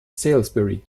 salisbury